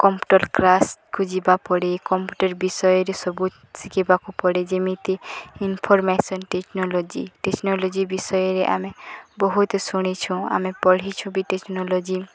computer କ୍ଲାସ୍କୁ ଯିବା ପଡ଼େ କମ୍ପ୍ୟୁଟର ବିଷୟରେ ସବୁ ଶିଖିବାକୁ ପଡ଼େ ଯେମିତି ଇନଫର୍ମେସନ୍ ଟେକ୍ନୋଲୋଜି ଟେକ୍ନୋଲୋଜି ବିଷୟରେ ଆମେ ବହୁତ ଶୁଣିଛୁଁ ଆମେ ପଢ଼ିଛୁ ବି ଟେକ୍ନୋଲୋଜି